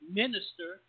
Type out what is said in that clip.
minister